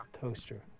toaster